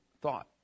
thought